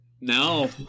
No